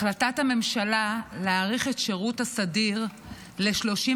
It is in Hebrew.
החלטת הממשלה להאריך את שירות הסדיר ל-36